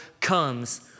comes